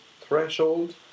threshold